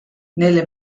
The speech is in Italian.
nelle